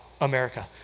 America